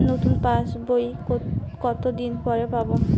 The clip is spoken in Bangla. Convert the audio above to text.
নতুন পাশ বই কত দিন পরে পাবো?